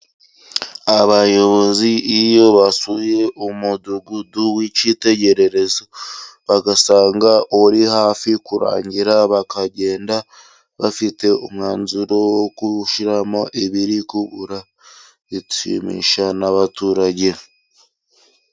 Abayobozi iyo basuye umudugudu w'icyitegererezo bagasanga uri hafi kurangira ,bakagenda bafite umwanzuro wo kuwushyiramo ibirikubura, bishimisha n'abaturage.